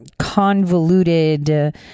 convoluted